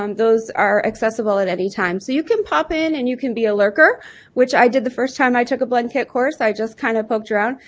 um those are accessible at any time, so you can pop in and you can be a lurker which i did the first time i took a blendkit course, i just kind of poked around.